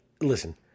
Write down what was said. listen